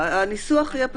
הניסוח יהיה פשוט.